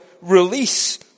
release